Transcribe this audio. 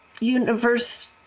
universe